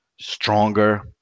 stronger